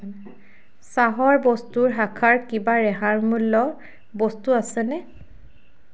চাহৰ বস্তুৰ শাখাৰ কিবা ৰেহাই মূল্যৰ বস্তু আছেনে